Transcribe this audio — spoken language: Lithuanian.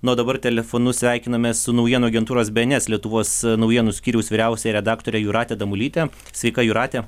na o dabar telefonu sveikinamės su naujienų agentūros bns lietuvos naujienų skyriaus vyriausiąja redaktore jūrate damulyte sveika jūrate